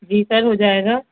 جی sir ہو جائے گا